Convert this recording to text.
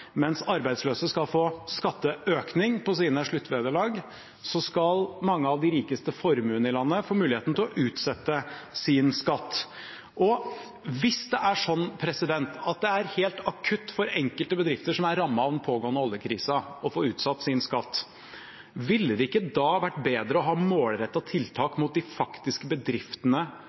Mens arbeidsløse skal få skatteøkning på sine sluttvederlag, skal mange av de rikeste formuende i landet få mulighet til å utsette sin skatt. Hvis det er sånn at det er helt akutt for enkelte bedrifter som er rammet av den pågående oljekrisa å få utsatt sin skatt, ville det ikke da vært bedre å ha målrettede tiltak mot de faktiske bedriftene